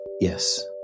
Yes